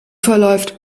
verläuft